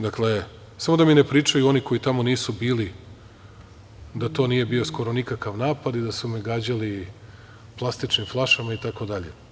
Dakle, samo da mi ne pričaju oni koji tamo nisu bili, da to nije bio skoro nikakav napad i da su me gađali plastičnim flašama itd.